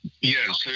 Yes